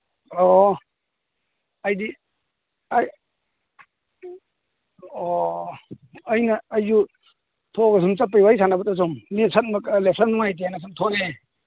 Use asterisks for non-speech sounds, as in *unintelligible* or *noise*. ꯑꯣ ꯑꯩꯗꯤ ꯑꯣ ꯑꯩꯅ ꯑꯩꯁꯨ ꯊꯣꯛꯑꯒ ꯁꯨꯝ ꯆꯠꯄꯒꯤ ꯋꯥꯔꯤ ꯁꯥꯟꯅꯕꯗ ꯁꯨꯝ *unintelligible* ꯅꯨꯡꯉꯥꯏꯇꯦꯅ ꯁꯨꯝ ꯊꯣꯛꯂꯛꯑꯦ